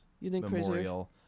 Memorial